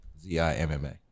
Z-I-M-M-A